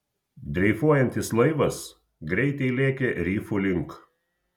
dreifuojantis laivas greitai lėkė rifų link